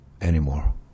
anymore